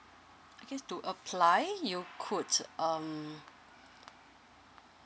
okay to apply you could um